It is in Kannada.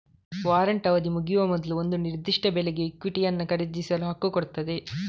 ವಾರಂಟ್ ಅವಧಿ ಮುಗಿಯುವ ಮೊದ್ಲು ಒಂದು ನಿರ್ದಿಷ್ಟ ಬೆಲೆಗೆ ಇಕ್ವಿಟಿಯನ್ನ ಖರೀದಿಸಲು ಹಕ್ಕು ಕೊಡ್ತದೆ